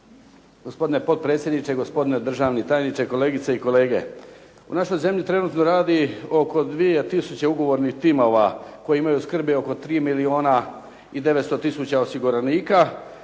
Gospodine potpredsjedniče, gospodine državni tajniče, kolegice i kolege. U našoj zemlji trenutno radi oko 2 tisuće ugovorenih timova koji imaju skrbi oko 3 milijuna i 900 tisuća osiguranika,